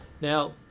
Now